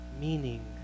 meaning